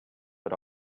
but